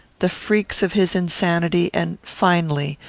the freaks of his insanity, and, finally,